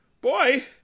boy